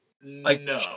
No